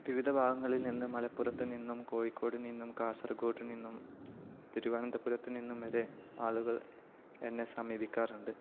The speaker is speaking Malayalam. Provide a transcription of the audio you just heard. വിവിധ ഭാഗങ്ങളിൽ നിന്ന് മലപ്പുറത്ത് നിന്നും കോഴിക്കോടു നിന്നും കാസർഗോഡ് നിന്നും തിരുവനന്തപുരത്തു നിന്നും വരെ ആളുകൾ എന്നെ സമീപിക്കാറുണ്ട്